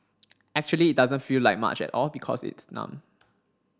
actually it doesn't feel like much at all because it's numb